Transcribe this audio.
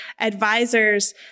advisors